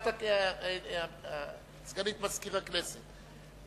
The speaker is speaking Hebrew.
סגנית מזכיר הכנסת,